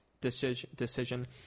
decision